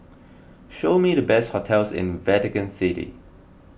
show me the best hotels in Vatican City